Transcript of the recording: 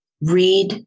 read